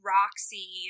Roxy